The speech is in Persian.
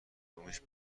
بومش